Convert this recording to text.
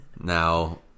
now